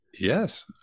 Yes